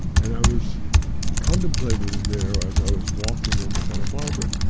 and i was contemplating there as i was walking in santa barbara,